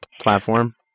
platform